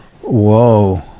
Whoa